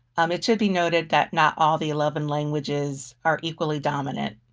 um it should be noted that not all the eleven languages are equally dominant.